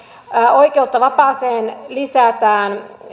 oikeutta vapaaseen lisätään